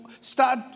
start